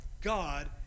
God